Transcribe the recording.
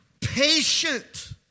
patient